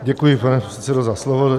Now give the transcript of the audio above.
Děkuji, pane předsedo za slovo.